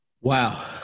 Wow